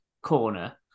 corner